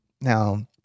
Now